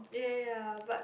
ya ya ya but